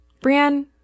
Brienne